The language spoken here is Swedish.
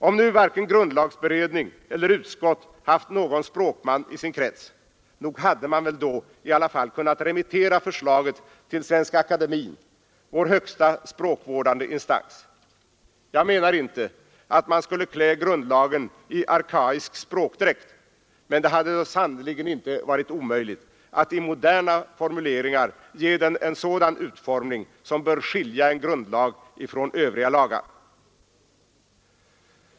Om nu varken grundlagberedning eller utskott haft någon språkman i sin krets, nog hade man väl i alla fall kunnat remittera förslaget till Svenska akademien, vår högsta språkvårdande instans. Jag menar inte att man skulle klä grundlagen i arkaisk språkdräkt, men det hade då sannerligen inte varit omöjligt att i moderna formuleringar ge den en sådan utformning som bör skilja en grundlag ifrån övriga lagar.